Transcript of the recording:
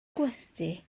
gwesty